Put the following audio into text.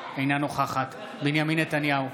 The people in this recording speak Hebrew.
אינה נוכחת בנימין נתניהו,